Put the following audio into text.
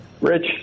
Rich